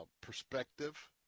perspective